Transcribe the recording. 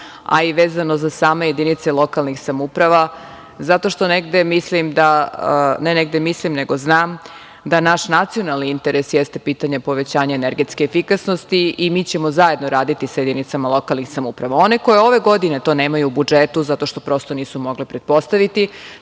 a i vezano za same jedinice lokalnih samouprava, zato što negde mislim da, odnosno ne da negde mislim nego znam, da naš nacionalni interes jeste pitanje povećanja energetske efikasnosti i mi ćemo zajedno raditi sa jedinicama lokalnih samouprava. One koje ove godine to nemaju u budžetu zato što prosto nisu mogle pretpostaviti